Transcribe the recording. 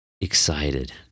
excited